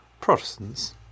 Protestants